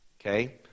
okay